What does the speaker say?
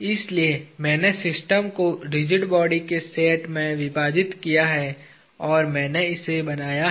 इसलिए मैंने सिस्टम को रिजिड बॉडी के सेट में विभाजित किया है और मैंने इसे बनाया है